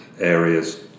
areas